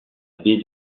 baie